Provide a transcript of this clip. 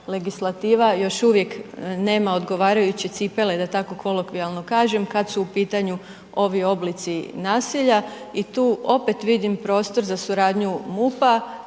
još uvijek nema odgovarajuće cipele, da tako kolokvijalno kažem, kad su u pitanju ovi oblici nasilja i tu opet vidim prostor za suradnju MUP-a,